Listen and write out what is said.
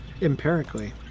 empirically